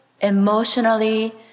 emotionally